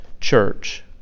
church